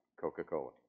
Coca-Cola